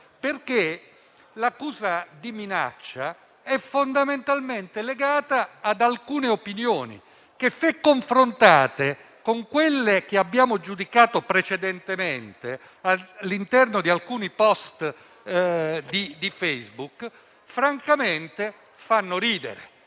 perché l'accusa di minaccia è fondamentalmente legata ad alcune opinioni che, se confrontate con quelle che abbiamo giudicato precedentemente in relazione ad alcuni *post* su Facebook, francamente fanno ridere.